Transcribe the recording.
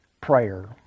prayer